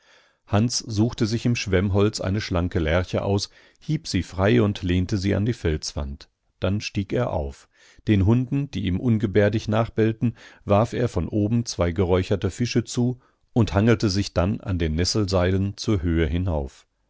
hans suchte sich im schwemmholz eine schlanke lärche aus hieb sie frei und lehnte sie an die felswand dann stieg er auf den hunden die ihm ungebärdig nachbellten warf er von oben zwei geräucherte fische zu und hangelte sich dann an den nesselseilen zur höhe hinauf